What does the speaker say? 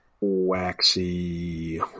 waxy